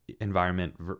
environment